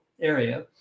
area